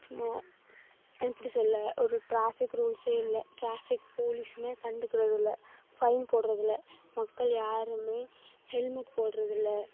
சும்மா எப்படி சொல்ல ஒரு ட்ராஃபிக் ரூல்ஸே இல்லை ட்ராஃபிக் போலீஸுமே கண்டுக்கிறது இல்லை ஃபைன் போடுறது இல்லை மக்கள் யாருமே ஹெல்மெட் போடுறது இல்லை